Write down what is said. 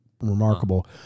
remarkable